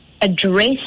address